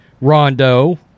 Rondo